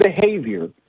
behavior